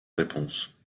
réponses